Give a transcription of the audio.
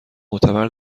معتبر